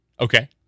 Okay